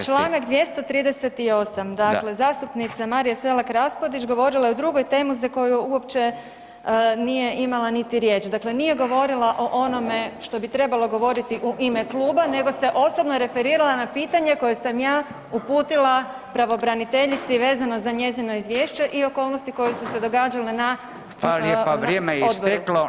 Čl. 238., dakle zastupnica Marija Selak Raspudić govorila je o drugoj temi za koju uopće nije imala niti riječ, dakle nije govorila o onome što bi trebala govoriti u ime kluba nego se osobno referirala na pitanje koje sam ja uputila pravobraniteljici vezano za njezino izvješće i okolnosti koje su se događale na [[Upadica: Fala lijepa, vrijeme je isteklo…]] na oboru.